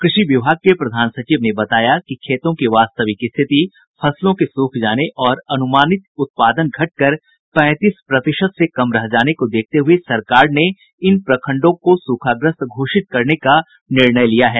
कृषि विभाग के प्रधान सचिव ने बताया कि खेतों की वास्तविक स्थिति फसलों के सूख जाने और अनुमानित उत्पादन घटकर पैंतीस प्रतिशत से कम रह जाने को देखते हुए सरकार ने इन प्रखंडों को सूखाग्रस्त घोषित करने का निर्णय लिया है